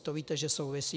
To víte, že souvisí.